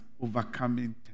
overcoming